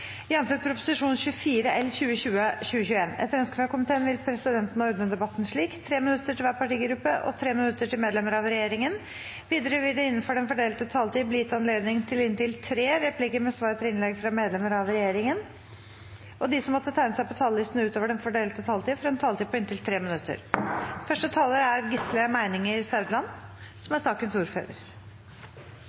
minutter til medlemmer av regjeringen. Videre vil det – innenfor den fordelte taletid – bli gitt anledning til inntil tre replikker med svar etter innlegg fra medlemmer av regjeringen, og de som måtte tegne seg på talerlisten utover den fordelte taletid, får også en taletid på inntil 3 minutter. Takk for et godt samarbeid i komiteen. Vi ble i tolvte time gjort oppmerksom på en liten sak som